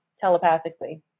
telepathically